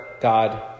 God